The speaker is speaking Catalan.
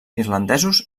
irlandesos